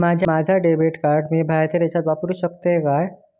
माझा debit card मी बाहेरच्या देशात वापरू शकतय काय?